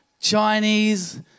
Chinese